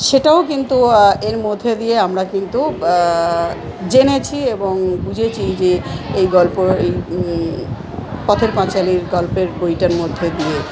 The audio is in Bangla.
সেটাও কিন্তু এর মধ্যে দিয়ে আমরা কিন্তু জেনেছি এবং বুঝেছি যে এই গল্প এই পথের পাঁচালীর গল্পের বইটার মধ্যে দিয়ে